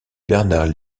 bernard